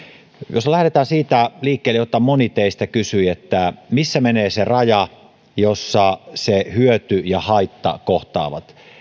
jos lähdetään siitä liikkeelle mitä moni teistä kysyi eli missä menee se raja jossa se hyöty ja haittaa kohtaavat